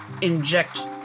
inject